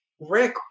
Rick